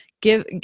give